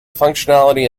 functionality